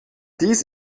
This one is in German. dies